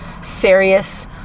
serious